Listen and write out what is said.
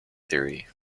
theory